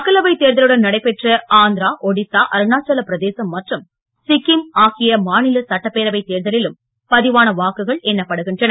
மக்களவை தேர்தலுடன் நடைபெற்ற அருணாச்சலப் பிரதேசம் மற்றும் சிக்கிம் ஆகிய மாநில சட்டப்பேரவை தேர்தலிலும் பதிவான வாக்குகள் எண்ணப்படுகின்றன